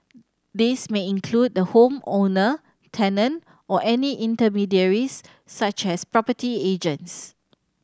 this may include the home owner tenant or any intermediaries such as property agents